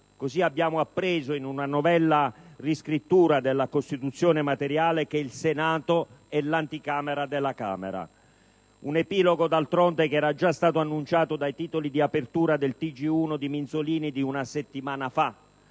Così abbiamo appreso, in una novella riscrittura della Costituzione materiale, che il Senato è l'anticamera della Camera. Un epilogo d'altronde che era già stato annunciato dai titoli di apertura del TG1 di Minzolini di una settimana fa: